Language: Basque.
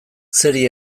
zeri